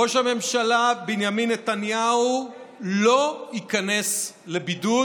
ראש הממשלה בנימין נתניהו לא ייכנס לבידוד